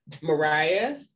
Mariah